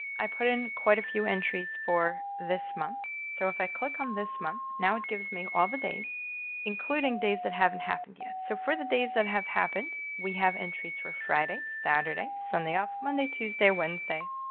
i put in quite a few entries for this month, so if i click on this month now it gives me all the days including days that haven't happened yet. so for the days that have happened, we have entries for friday, saturday, sunday off monday, tuesday, wednesday.